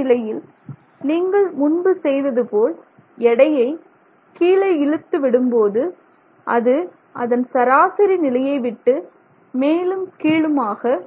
இந்த நிலையில் நீங்கள் முன்பு செய்தது போல் எடையை கீழே இழுத்து விடும்போது அது அதன் சராசரி நிலையை விட்டு மேலும் கீழுமாக